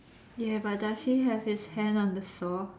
ya but does he have his hand on the saw